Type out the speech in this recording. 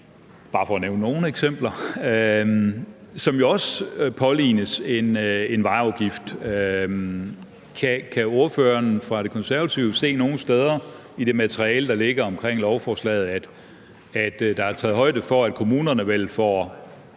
bare for at nævne nogle eksempler, som også pålignes en vejafgift. Kan ordføreren fra De Konservative se nogen steder i det materiale, der ligger omkring lovforslaget, at der er taget højde for, at kommunerne vel får